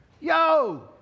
Yo